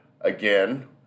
again